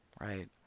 Right